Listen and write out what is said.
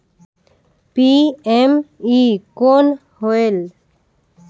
PME कौन होयल?